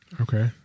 Okay